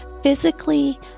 physically